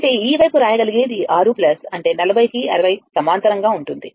అంటే ఈ వైపు వ్రాయగలిగేది 6 అంటే 40 కి 60 సమాంతరంగా ఉంటుంది